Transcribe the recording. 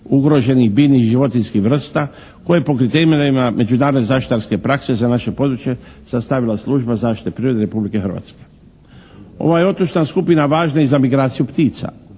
ugroženih biljnih i životinjskih vrsta koje po kriterijima naime međunarodne zaštitarske prakse za naše područje sastavila Služba zaštite prirode Republike Hrvatske. Ova je otočna skupina važna i za migraciju ptica.